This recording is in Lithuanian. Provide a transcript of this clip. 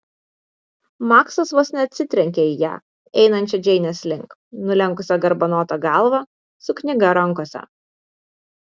maksas vos neatsitrenkė į ją einančią džeinės link nulenkusią garbanotą galvą su knyga rankose